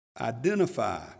identify